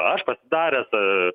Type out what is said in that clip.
aš pasidaręs